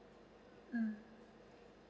mm